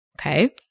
Okay